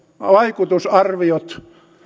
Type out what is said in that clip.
vaikutusarviot